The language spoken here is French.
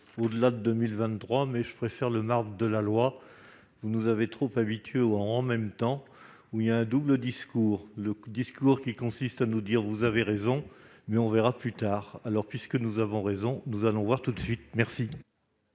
l'après-2023, mais je préfère le marbre de la loi. Vous nous avez trop habitués au « en même temps », à ce double discours qui consiste à nous dire :« Vous avez raison, mais on verra plus tard. » Puisque nous avons raison, nous allons voir tout de suite !